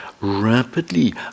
rapidly